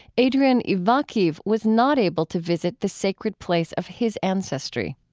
adrian ivakhiv was not able to visit the sacred place of his ancestry